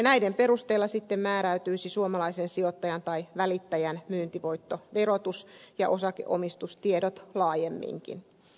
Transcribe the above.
näiden perusteella määräytyisi suomalaisen sijoittajan tai välittäjän myyntivoittoverotus ja osakeomistustiedot laajemminkin